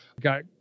got